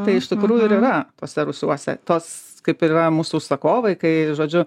tai iš tikrųjų ir yra tuose rūsiuose tas kaip ir yra mūsų užsakovai kai žodžiu